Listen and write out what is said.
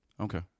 Okay